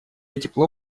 тепло